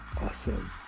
Awesome